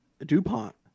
DuPont